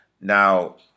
Now